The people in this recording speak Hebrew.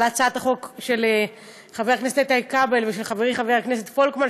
על הצעת החוק של חבר הכנסת איתן כבל ושל חברי חבר הכנסת פולקמן,